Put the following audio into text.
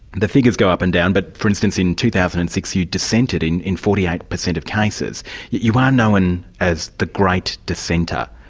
the figures go up and down, but for instance in two thousand and six you dissented in in forty eight percent of cases, yet you are known as the great dissenter.